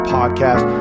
Podcast